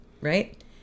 right